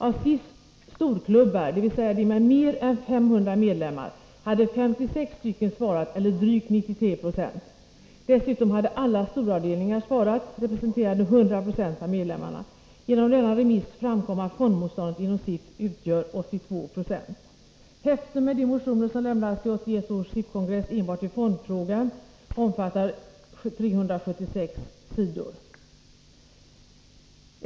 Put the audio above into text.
Av SIF:s storklubbar, dvs. de med mer än 500 medlemmar, hade 56 stycken svarat, eller drygt 93 26. Dessutom hade alla storavdelningar svarat, representerande 100 96 av medlemmarna. Genom denna remiss framkom att fondmotståndet inom SIF utgör 82 96. Häftet med de motioner som lämnats till 1981 års SIF-kongress enbart i fondfrågan omfattar 376 sidor.